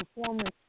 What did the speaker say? performance